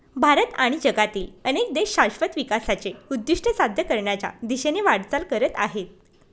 भारत आणि जगातील अनेक देश शाश्वत विकासाचे उद्दिष्ट साध्य करण्याच्या दिशेने वाटचाल करत आहेत